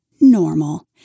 normal